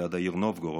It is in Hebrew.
ליד העיר נובגורוד.